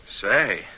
Say